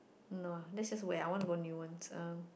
no ah that is just where I want to go new ones um